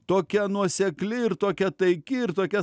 tokia nuosekli ir tokia taiki ir tokia